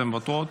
אתן מוותרות.